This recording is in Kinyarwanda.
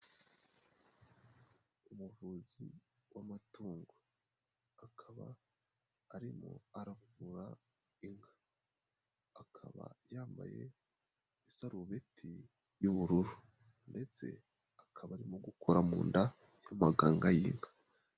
Umuvuzi w'amatungo. Akaba arimo aravura inka. Akaba yambaye isarubeti y'ubururu ndetse akaba arimo gukora mu nda y'amaganga y'inka.